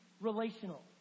relational